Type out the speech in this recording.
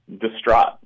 distraught